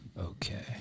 Okay